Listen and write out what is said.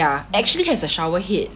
ya actually has a shower head